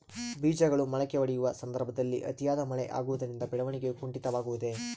ಬೇಜಗಳು ಮೊಳಕೆಯೊಡೆಯುವ ಸಂದರ್ಭದಲ್ಲಿ ಅತಿಯಾದ ಮಳೆ ಆಗುವುದರಿಂದ ಬೆಳವಣಿಗೆಯು ಕುಂಠಿತವಾಗುವುದೆ?